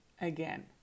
again